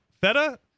Feta